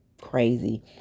crazy